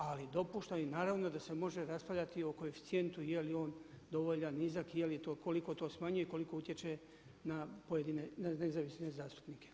Ali dopuštam i naravno da se može raspravljati i o koeficijentu je li on dovoljan, nizak i je li to, koliko to smanjuje, koliko utječe na pojedine, na nezavisne zastupnike.